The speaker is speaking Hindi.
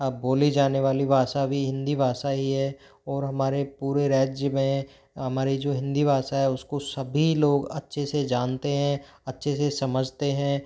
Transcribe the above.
अब बोले जाने वाली भाषा भी हिंदी भाषा ही है और हमारे पूरे राज्य में हमारी जो हिंदी भाषा है उसको सभी लोग अच्छे से जानते हैं अच्छे से समझते हैं